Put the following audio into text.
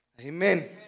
Amen